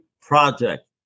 project